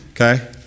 okay